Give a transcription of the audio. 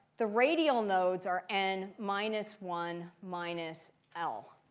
the radial nodes are n minus one minus l.